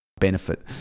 benefit